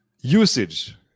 usage